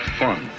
fun